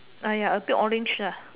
!aiya! a bit orange lah